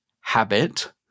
habit